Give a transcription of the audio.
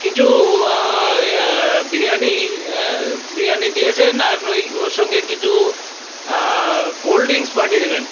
কিছু বিরিয়ানি বিরিয়ানি দিয়েছেন আর ওই ওর সঙ্গে কিছু কোল্ড ড্রিংস পাঠিয়ে দেবেন